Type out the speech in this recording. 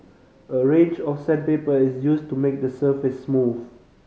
a range of sandpaper is used to make the surface smooth